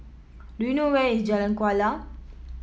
do you know where is Jalan Kuala